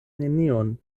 nenion